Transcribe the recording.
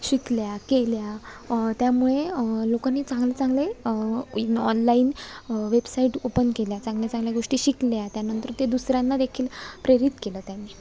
शिकल्या केल्या त्यामुळे लोकांनी चांगले चांगले इन ऑनलाईन वेबसाईट ओपन केल्या चांगल्या चांगल्या गोष्टी शिकल्या त्यानंतर ते दुसऱ्यांना देखील प्रेरित केलं त्यांनी